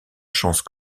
chance